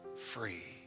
free